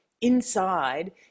inside